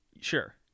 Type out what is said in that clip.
Sure